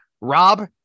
Rob